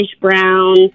brown